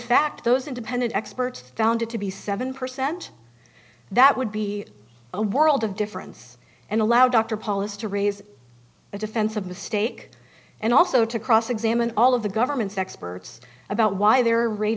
fact those independent experts found it to be seven percent that would be a world of difference and allow dr polish to raise a defense of mistake and also to cross examine all of the government's experts about why their rate